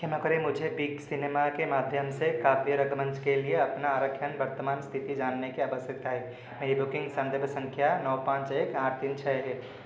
क्षमा करें मुझे बिग सिनेमा के माध्यम से काव्य रंगमंच के लिए अपना आरक्षण की वर्तमान स्थिति जानने की आवश्यकता है मेरी बुकिंग संदर्भ संख्या नौ पाँच एक आठ तीन छः है